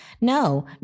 No